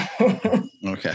okay